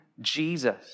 Jesus